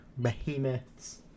behemoths